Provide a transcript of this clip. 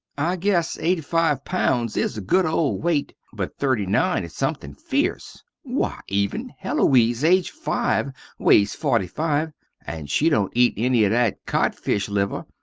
i guess eighty five lbs. is a good ole wait but thirty nine is something feerce, why even heloise aged five ways forty five and she dont eat enny of that codfish liver,